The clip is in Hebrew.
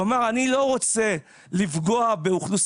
הוא אמר שהוא לא רוצה לפגוע באוכלוסייה